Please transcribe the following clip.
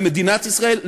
למדינת ישראל,